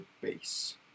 Base